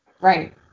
Right